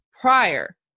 prior